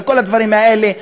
לכל הדברים האלה,